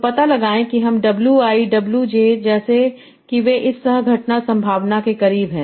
तो पता लगाएं कि हम Wi W j जैसे कि वे इस सह घटना संभावना के करीब हैं